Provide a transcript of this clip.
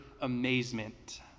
amazement